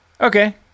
Okay